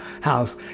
house